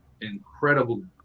incredible